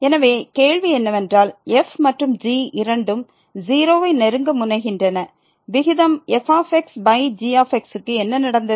எனவே கேள்வி என்னவென்றால் f மற்றும் g இரண்டும் 0 ஐ நெருங்க முனைகின்றன விகிதம் f xg க்கு என்ன நடந்தது